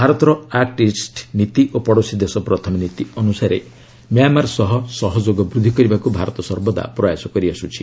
ଭାରତର act east ନୀତି ଓ ପଡ଼ୋଶୀ ଦେଶ ପ୍ରଥମେ ନୀତି ଅନୁସାରେ ମ୍ୟାଁମାର ସହ ସହଯୋଗ ବୃଦ୍ଧି କରିବାକୁ ଭାରତ ସର୍ବଦା ପ୍ରୟାସ କରିଆସ୍କୁଛି